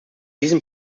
diese